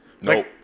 Nope